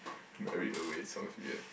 buried away sounds weird